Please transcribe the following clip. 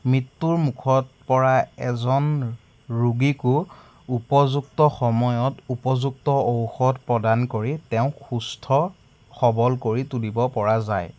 মৃত্যুমুখত পৰা এজন ৰোগীকো উপযুক্ত সময়ত উপযুক্ত ঔষধ প্ৰদান কৰি তেওঁক সুস্থ সবল কৰি তুলিব পৰা যায়